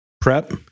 prep